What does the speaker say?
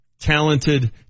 talented